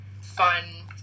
fun